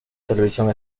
televisión